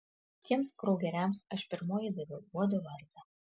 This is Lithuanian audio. tiems kraugeriams aš pirmoji daviau uodo vardą